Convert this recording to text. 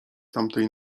tamtej